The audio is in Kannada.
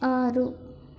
ಆರು